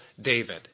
David